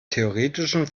theoretischen